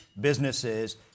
businesses